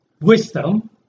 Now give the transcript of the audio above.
Wisdom